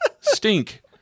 stink